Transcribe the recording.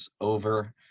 over